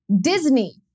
Disney